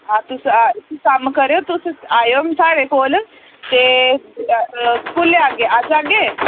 हां तुस कम्म करेओ तुस आएओ साढ़े कोल ते कुसलै आह्गे अज्ज आह्गे